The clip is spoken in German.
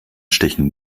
stechen